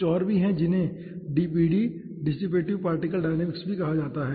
कुछ और भी हैं जिन्हें DPD डिसिपेटिव पार्टिकल डायनेमिक्स भी कहा जाता है